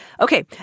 Okay